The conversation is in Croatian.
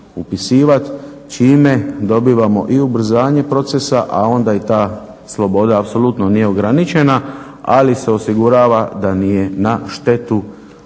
upisivati čime dobivamo i ubrzanje procesa, a onda i ta sloboda apsolutno nije ograničena ali se osigurava da nije na štetu